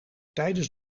tijdens